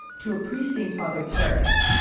to a priest named father karras,